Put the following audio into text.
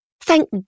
Thank